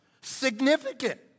Significant